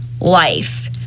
Life